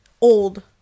old